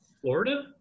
Florida